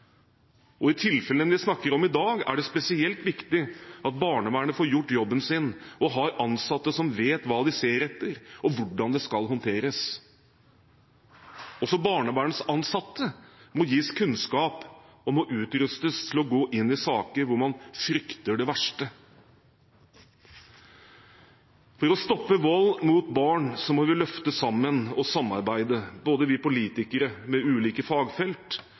I de tilfellene vi snakker om i dag, er det spesielt viktig at barnevernet får gjort jobben sin og har ansatte som vet hva de ser etter, og hvordan det skal håndteres. Barnevernsansatte må gis kunnskap og må utrustes for å gå inn i saker hvor man frykter det verste. For å stoppe vold mot barn må vi løfte sammen og samarbeide, både vi politikere med ulike fagfelt